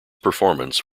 performance